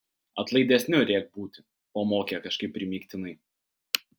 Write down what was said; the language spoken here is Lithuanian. atlaidesniu rek būti pamokė kažkaip primygtinai